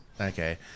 Okay